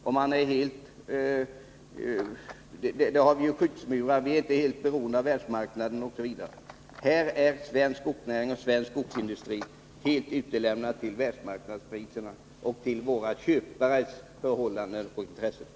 Vi har på det området satt upp skyddsmurar, så att vi inte är helt beroende av världsmarknaden osv. Svensk skogsnäring och svensk skogsindustri påverkas däremot direkt av världsmarknadspriserna och är utlämnade till sina kunders önskningar och intressen.